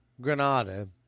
Granada